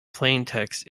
plaintext